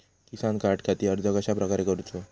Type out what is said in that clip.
किसान कार्डखाती अर्ज कश्याप्रकारे करूचो?